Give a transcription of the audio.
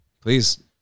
please